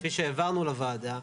כפי שהעברנו לוועדה,